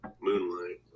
Moonlight